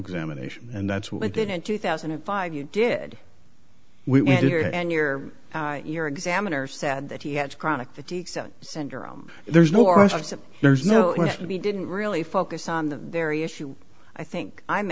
examination and that's what they did in two thousand and five you did and you're you're examiner said that he had chronic fatigue syndrome there's no arson there's no we didn't really focus on the very issue i think i'm